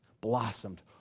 blossomed